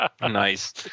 Nice